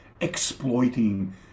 exploiting